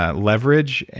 ah leverage, and